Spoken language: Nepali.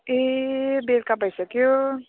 ए बेलुका भइसक्यो